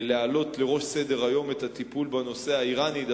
להעלות את הטיפול בנושא האירני לראש סדר-היום,